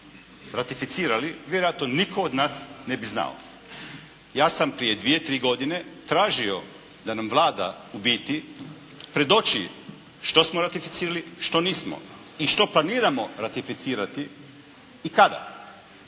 ratificirali, vjerojatno nitko od nas ne bi znao. Ja sam prije dvije-tri godine tražio da nam Vlada u biti predoči što smo ratificirali, što nismo i što planiramo ratificirati i kada.